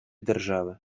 держави